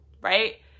right